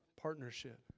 partnership